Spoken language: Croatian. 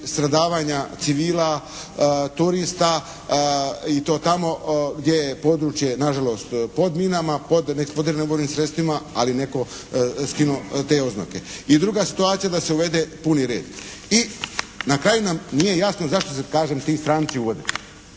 stradavanja civila, turista i to tamo gdje je područje na žalost pod minama, pod …/Govornik se ne razumije./… sredstvima, ali netko skinuo te oznake. I druga situacija da se uvede puni red. I na kraju nam nije jasno zašto se kažem ti stranci uvode.